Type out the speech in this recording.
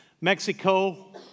Mexico